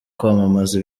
kwamamaza